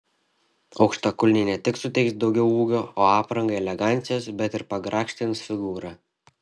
aukštakulniai ne tik suteiks daugiau ūgio o aprangai elegancijos bet ir pagrakštins figūrą